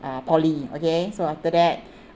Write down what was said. uh poly okay so after that